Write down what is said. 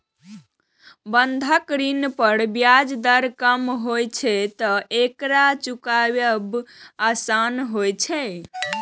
बंधक ऋण पर ब्याज दर कम होइ छैं, तें एकरा चुकायब आसान होइ छै